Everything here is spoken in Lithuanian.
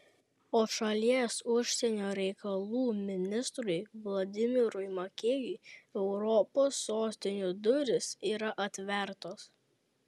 o šalies užsienio reikalų ministrui vladimirui makėjui europos sostinių durys yra atvertos